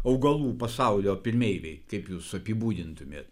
augalų pasaulio pirmeiviai kaip jūs apibūdintumėt